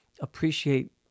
appreciate